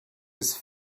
his